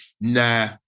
Nah